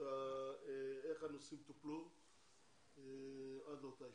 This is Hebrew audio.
איך הנושאים טופלו עד לאותה ישיבה.